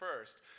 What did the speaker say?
first